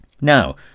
Now